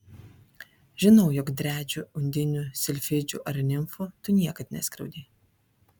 žinau jog driadžių undinių silfidžių ar nimfų tu niekad neskriaudei